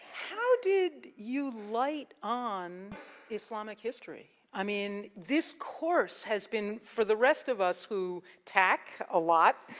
how did you light on islamic history? i mean, this course has been for the rest of us who tack a lot,